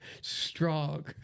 Strong